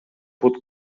бут